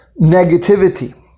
negativity